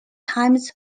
times